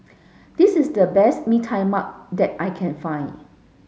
this is the best Bee Tai Mak that I can find